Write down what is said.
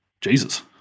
jesus